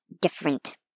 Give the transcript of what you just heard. different